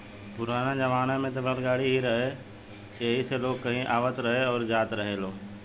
पुराना जमाना में त बैलगाड़ी ही रहे एही से लोग कहीं आवत रहे अउरी जात रहेलो